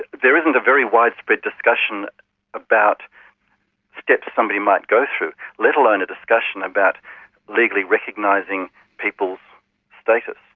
there isn't a very widespread discussion about steps somebody might go through, let alone a discussion about legally recognising people's status.